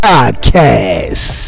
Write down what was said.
Podcast